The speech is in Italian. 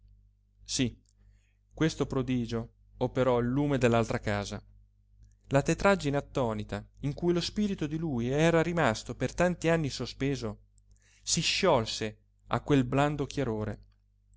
sí questo prodigio operò il lume dell'altra casa la tetraggine attonita in cui lo spirito di lui era rimasto per tanti anni sospeso si sciolse a quel blando chiarore